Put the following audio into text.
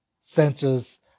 centers